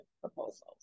proposals